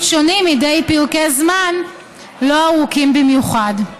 שונים מדי פרקי זמן לא ארוכים במיוחד.